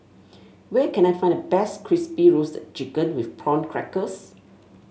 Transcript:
where can I find the best Crispy Roasted Chicken with Prawn Crackers